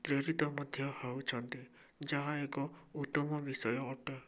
ପ୍ରେରିତ ମଧ୍ୟ ହେଉଛନ୍ତି ଯାହା ଏକ ଉତ୍ତମ ବିଷୟ ଅଟେ